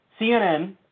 CNN